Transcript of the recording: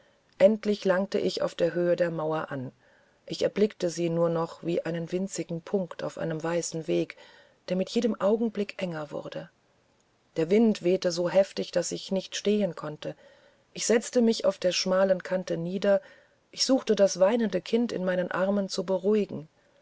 endlich langte ich auf der höhe der mauer an ich erblickte sie nur noch wie einen winzigen punkt auf einem weißen wege der mit jedem augenblick enger wurde der wind wehte so heftig daß ich nicht stehen konnte ich setzte mich auf der schmalen kante nieder ich suchte das weinende kind in meinen armen zu beruhigen